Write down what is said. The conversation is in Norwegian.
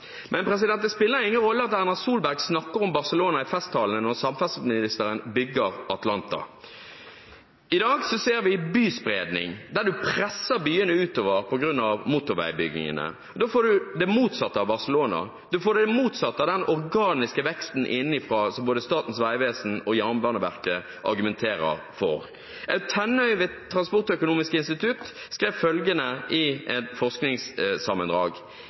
i festtalene når samferdselsministeren bygger Atlanta. I dag ser vi byspredning, der man presser byene utover på grunn av motorveiutbyggingene, og da får man det motsatte av Barcelona, man får det motsatte av den organiske veksten innenfra som både Statens vegvesen og Jernbaneverket argumenterer for. Tennøy ved Transportøkonomisk institutt skrev følgende i et forskningssammendrag: